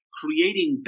creating